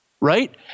right